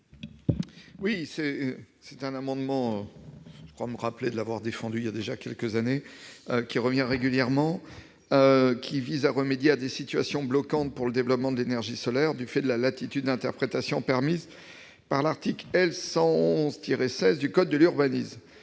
Cet amendement, que je me souviens avoir déjà défendu voilà quelques années, revient régulièrement. Il vise à remédier à des situations bloquantes pour le développement de l'énergie solaire, du fait de la latitude d'interprétation permise par l'article L. 111-16 du code de l'urbanisme.